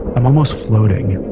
i'm almost floating,